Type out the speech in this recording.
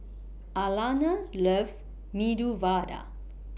Alana loves Medu Vada